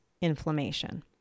inflammation